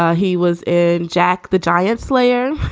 yeah he was in jack the giant slayer,